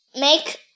make